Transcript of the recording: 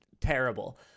terrible